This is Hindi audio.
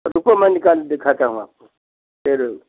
रुको मैं निकाल के दिखाता हूँ आपको फिर